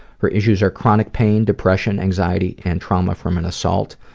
her issues are chronic pain, depression, anxiety, and trauma from an assault.